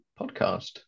Podcast